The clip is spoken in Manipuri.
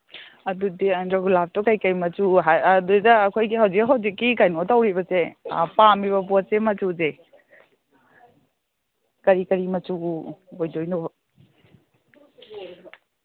ꯑꯗꯨꯗꯤ ꯑꯟꯗꯔꯒꯨꯂꯥꯞꯇꯣ ꯀꯩꯀꯩ ꯃꯆꯨ ꯑꯗꯩꯗ ꯑꯩꯈꯣꯏꯒꯤ ꯍꯧꯖꯤꯛ ꯍꯧꯖꯤꯛꯀꯤ ꯀꯩꯅꯣ ꯇꯧꯔꯤꯕꯁꯦ ꯄꯥꯝꯃꯤꯕ ꯄꯣꯠꯁꯦ ꯃꯆꯨꯁꯦ ꯀꯔꯤ ꯀꯔꯤ ꯃꯆꯨ ꯑꯣꯏꯗꯣꯏꯅꯣꯕ